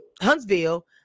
Huntsville